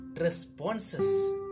responses